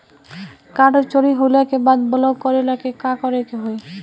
Card चोरी होइला के बाद ब्लॉक करेला का करे के होई?